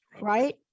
Right